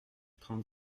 trente